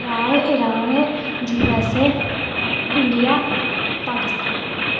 Iraq Iran USA India Pakistan